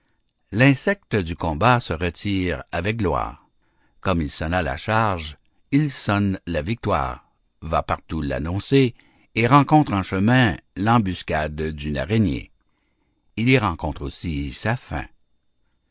l'insecte du combat se retire avec gloire comme il sonna la charge il sonne la victoire va partout l'annoncer et rencontre en chemin l'embuscade d'une araignée il y rencontre aussi sa fin